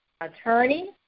attorney